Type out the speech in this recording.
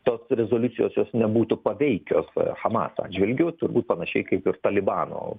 tos rezoliucijos jos nebūtų paveikios hamas atžvilgiu turbūt panašiai kaip ir talibano